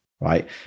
right